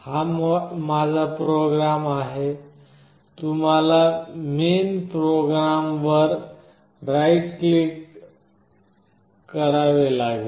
हा माझा प्रोग्राम आहे तुम्हाला मेन प्रोग्राम वर राईट क्लिक करावे लागेल